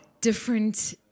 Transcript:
different